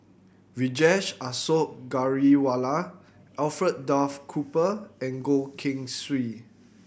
Vijesh Ashok Ghariwala Alfred Duff Cooper and Goh Keng Swee